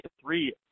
three